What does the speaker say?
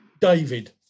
david